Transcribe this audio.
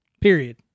Period